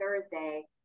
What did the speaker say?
Thursday